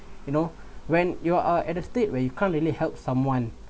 you know when you are at a state when you can't really help someone